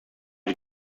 did